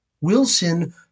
Wilson